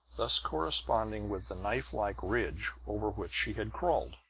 thus corresponding with the knifelike ridge over which she had crawled.